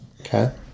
Okay